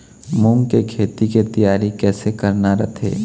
मूंग के खेती के तियारी कइसे करना रथे?